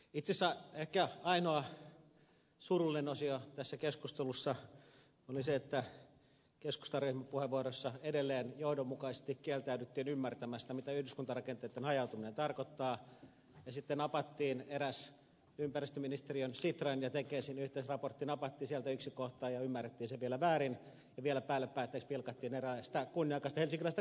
itse asiassa ehkä ainoa surullinen osio tässä keskustelussa oli se että keskustan ryhmäpuheenvuorossa edelleen johdonmukaisesti kieltäydyttiin ymmärtämästä mitä yhdyskuntarakenteitten hajautuminen tarkoittaa ja sitten napattiin eräästä ympäristöministeriön sitran ja tekesin yhteisraportista yksi kohta ja ymmärrettiin se vielä väärin ja vielä päälle päätteeksi pilkattiin erästä kunniakasta helsinkiläistä kaupunginosaa